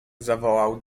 zawołał